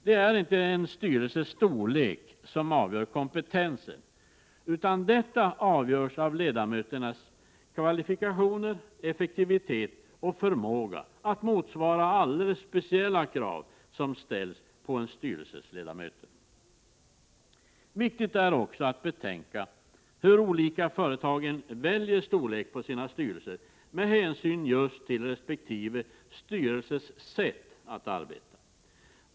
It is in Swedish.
Det är inte en styrelses storlek som avgör kompetensen, utan kompetensen avgörs av ledamöternas kvalifikationer, effektivitet och förmåga att motsvara alldeles speciella krav som ställs på en styrelses ledamöter. Mycket är också att betänka då det gäller hur olika företag väljer storlek på sina styrelser med hänsyn just till resp. styrelses sätt att arbeta.